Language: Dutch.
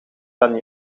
kan